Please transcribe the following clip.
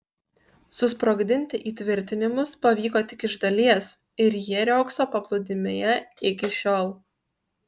susprogdinti įtvirtinimus pavyko tik iš dalies ir jie riogso paplūdimyje iki šiol